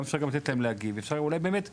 אפשר גם לתת להם להגיב, אפשר אולי באמת,